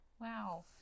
Wow